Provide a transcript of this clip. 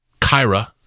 kyra